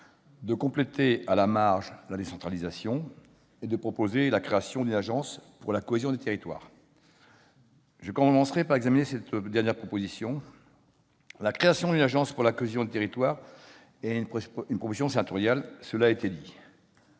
de compléter à la marge la décentralisation et de proposer la création d'une agence pour la cohésion des territoires. Je commencerai par examiner cette dernière proposition. La création d'une agence pour la cohésion des territoires est une proposition sénatoriale, cela a été dit.